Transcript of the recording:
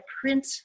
print